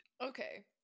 Okay